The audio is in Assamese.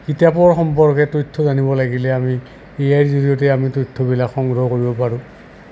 কিতাপৰ সম্পৰ্কে তথ্য জানিব লাগিলে আমি এআইৰ জৰিয়তে আমি তথ্যবিলাক সংগ্ৰহ কৰিব পাৰোঁ